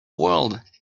world